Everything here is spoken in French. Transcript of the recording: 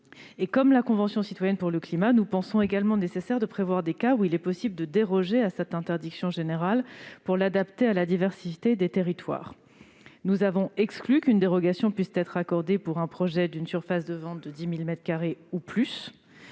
de la Convention citoyenne pour le climat : comme elle, nous pensons nécessaire de prévoir des cas où il est possible de déroger à cette interdiction générale pour l'adapter à la diversité des territoires. Nous avons exclu qu'une dérogation puisse être accordée pour un projet d'une surface de vente de 10 000 mètres